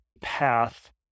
path